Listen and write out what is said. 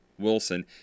Wilson